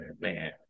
man